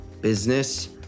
business